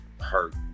hurt